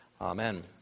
Amen